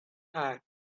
asked